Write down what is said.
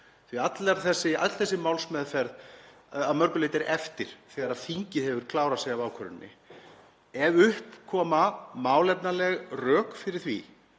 Öll þessi málsmeðferð er að mörgu leyti eftir þegar þingið hefur klárað sig af ákvörðuninni. Ef upp koma málefnaleg rök fyrir því